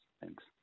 Thanks